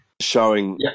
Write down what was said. showing